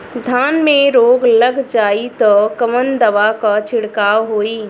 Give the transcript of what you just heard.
धान में रोग लग जाईत कवन दवा क छिड़काव होई?